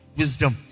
wisdom